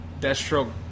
deathstroke